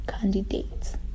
candidates